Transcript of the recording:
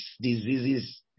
diseases